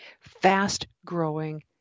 fast-growing